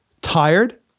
tired